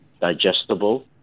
digestible